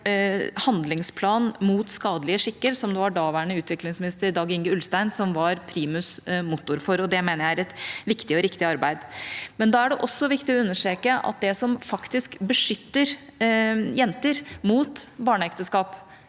handlingsplan mot skadelige skikker. Daværende utviklingsminister, Dag-Inge Ulstein, var primus motor for det, og det mener jeg er et viktig og riktig arbeid. Men det er også viktig å understreke at det som faktisk beskytter jenter mot barneekteskap